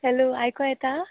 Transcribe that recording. hello आयकों येता